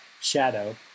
Shadow